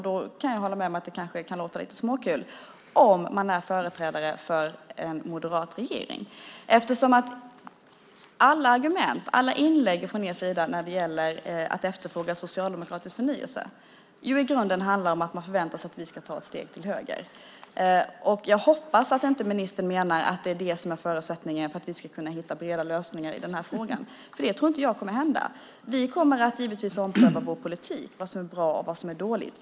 Jag kan hålla med om att det kanske kan låta lite småkul om man är företrädare för en moderat regering, eftersom alla argument och alla inlägg från er sida när det gäller att efterfråga socialdemokratisk förnyelse i grunden handlar om att man förväntar sig att vi ska ta ett steg åt höger. Jag hoppas att inte ministern menar att det är det som är förutsättningen för att vi ska kunna hitta breda lösningar i den här frågan, för det tror inte jag kommer att hända. Vi kommer givetvis att ompröva vår politik, vad som är bra och vad som är dåligt.